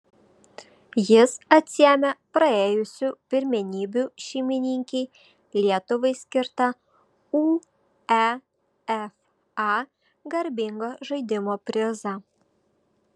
jis atsiėmė praėjusių pirmenybių šeimininkei lietuvai skirtą uefa garbingo žaidimo prizą